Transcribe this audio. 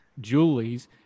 Julie's